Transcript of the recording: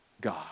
God